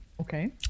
Okay